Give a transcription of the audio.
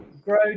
grow